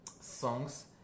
songs